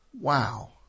Wow